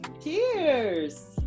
cheers